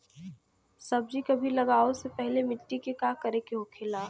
सब्जी कभी लगाओ से पहले मिट्टी के का करे के होखे ला?